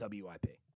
WIP